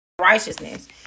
righteousness